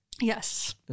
Yes